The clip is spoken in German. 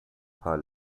paar